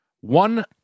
One